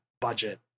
budget